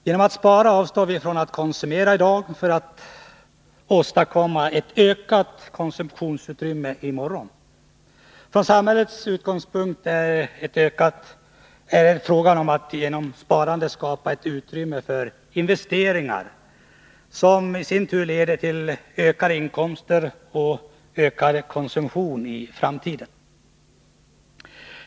Genom att spara avstår vi från att konsumera i dag och åstadkommer därigenom en ökning av konsumtionsutrymmet i morgon. Från samhällets utgångspunkt är det fråga om att genom sparande skapa ett utrymme för investeringar, som leder till ökade inkomster och ökad konsumtion i framtiden.